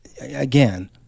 Again